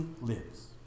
lives